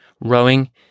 rowing